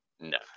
No